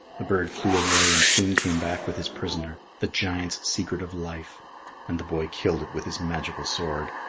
the bird flew away and soon came back with his prisoner the giant's secret of life and the boy killed it with his magical sword.